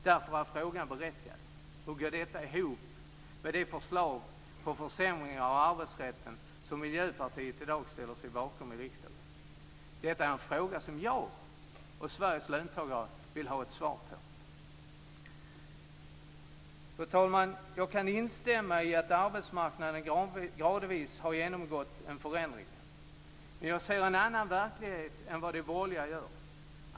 Därför är frågan berättigad: Hur går detta ihop med de förslag på försämring av arbetsrätten som Miljöpartiet i dag ställer sig bakom i riksdagen? Det är denna fråga som jag och Sveriges löntagare vill ha ett svar på! Fru talman! Jag kan instämma i att arbetsmarknaden gradvis har genomgått en förändring, men jag ser en annan verklighet än vad de borgerliga gör.